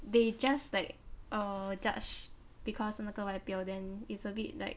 they just like err judge because 那个外表 then it's a bit like